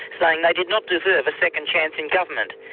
saying they did not deserve a second chance in government.